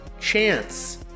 Chance